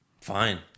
Fine